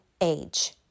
age